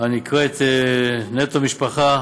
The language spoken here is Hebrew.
הנקראת "נטו משפחה",